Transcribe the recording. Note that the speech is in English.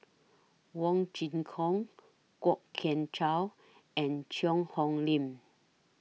Wong Kin Jong Kwok Kian Chow and Cheang Hong Lim